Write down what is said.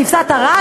כבשת הרש?